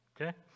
Okay